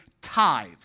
tithe